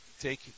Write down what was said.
take